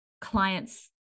clients